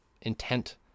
intent